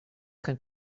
kann